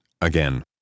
again